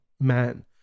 man